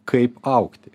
kaip augti